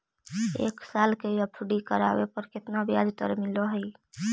एक साल के एफ.डी करावे पर केतना ब्याज मिलऽ हइ?